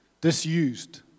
disused